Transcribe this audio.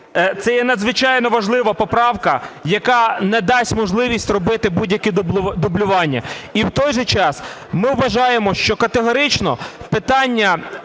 Це є надзвичайно важлива поправка, яка не дасть можливість робити будь-які дублювання. І в той же час ми вважаємо, що категорично питання